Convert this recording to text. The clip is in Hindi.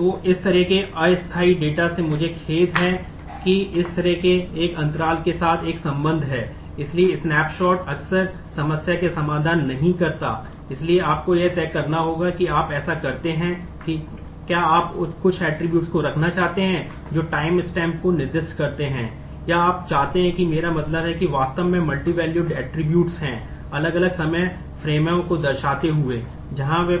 तो इस तरह के अस्थायी डेटा